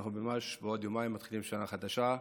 כשאנחנו ממש בעוד יומיים מתחילים שנה חדשה.